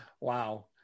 Wow